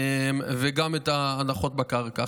וגם את ההנחות בקרקע.